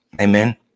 Amen